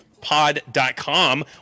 Pod.com